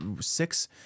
six